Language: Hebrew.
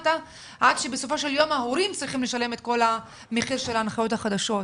עד שבסופו של יום ההורים צריכים לשלם את כל המחיר של ההנחיות החדשות.